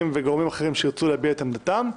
וגורמים אחרים שירצו להביע את עמדתם,